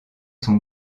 son